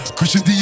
Christian